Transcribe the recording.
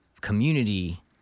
community